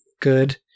good